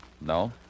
No